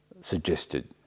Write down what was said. suggested